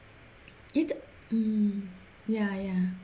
mm ya ya